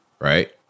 right